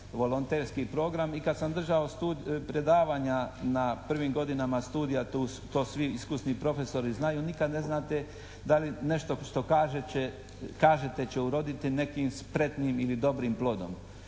volonterski program i kad sam držao predavanja na prvim godinama studija, to svi iskusni profesori znaju, nikad ne znate da li nešto što kažete će uroditi nekim spretnim ili dobrim plodom.